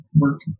work